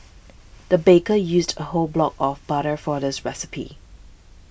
the baker used a whole block of butter for this recipe